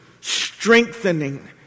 strengthening